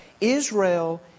Israel